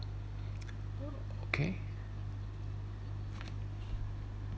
okay